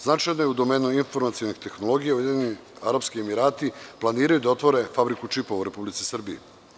Značajno je u domenu informacionih tehnologija, Ujedinjeni Arapski Emirati, planiraju da otvore fabriku čipova u Republici Srbiji.